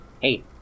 hey